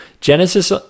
Genesis